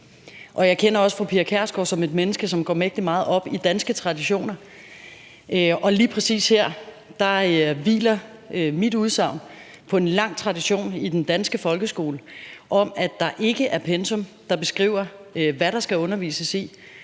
og jeg kender også fru Pia Kjærsgaard som et menneske, der går mægtig meget op i danske traditioner. Lige præcis her hviler mit udsagn på en lang tradition i den danske folkeskole om, at det ikke beskrives, hvad der skal undervises i.